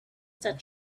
that